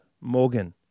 Morgan